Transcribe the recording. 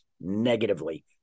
negatively